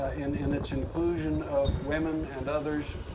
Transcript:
ah in in its inclusion of women and others,